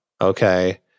Okay